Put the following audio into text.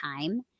time